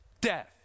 death